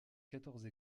quatorze